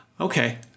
Okay